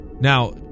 Now